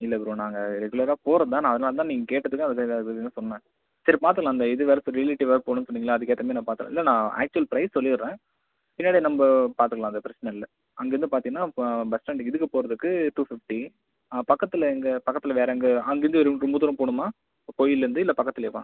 இல்லை ப்ரோ நாங்கள் ரெகுலராக போகிறதுதான் நான் அதனால்தான் நீங்கள் கேட்டதுக்கு அது அந்த தான் சொன்னேன் சரி பார்த்துக்கலாம் அந்த இது வேறு இப்போ ரிலேட்டிவ் வேறு போகணுன்னு சொன்னீங்கல்ல அதுக்கேற்ற மாரி நான் பார்த்துக்குறேன் இல்லை நான் ஆக்சுவல் ப்ரைஸ் சொல்லிடுறேன் பின்னாடி நம்ம பார்த்துக்கலாம் அது பிரச்சனை இல்லை அங்கிருந்து பார்த்தீங்கன்னா இப்போ பஸ் ஸ்டாண்டு இதுக்கு போகிறதுக்கு டூ ஃபிஃப்ட்டி பக்கத்தில் இங்கே பக்கத்தில் வேறு எங்கே அங்கேருந்து ரொ ரொம்ப தூரம் போகணுமா கோயில்லேருந்து இல்லை பக்கத்துலேயேவா